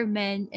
men